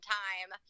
time